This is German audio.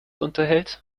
unterhält